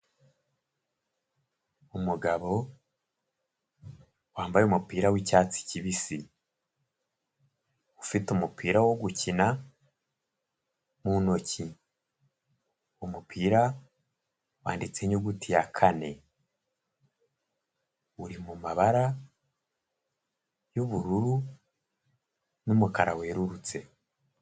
Umugabo wambaye umupira w'icyatsi kibisi, ufite umupira wo gukina mu ntoki, umupira wanditseho inyuguti ya kane, uri mu mabara y'ubururu n'umukara werurutse.